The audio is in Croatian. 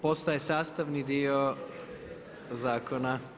Postaje sastavni dio zakona.